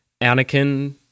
Anakin